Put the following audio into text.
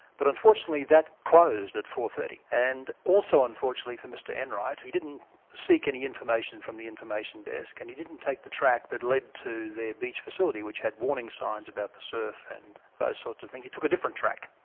but unfortunately, that closed at four. thirty. and also unfortunately for mr enright, he didn't seek any information from the information desk, and he didn't take the track that led to their beach facility, which had warning signs about the surf and those but sorts of things. he took a different track,